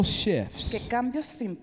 shifts